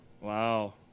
Wow